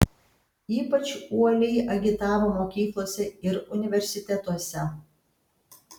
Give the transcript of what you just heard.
ypač uoliai agitavo mokyklose ir universitetuose